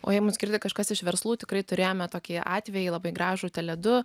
o jei mus girdi kažkas iš verslų tikrai turėjome tokį atvejį labai gražų teledu